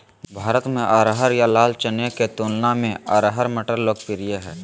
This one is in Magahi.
भारत में अरहर या लाल चने के तुलना में अरहर मटर लोकप्रिय हइ